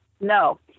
No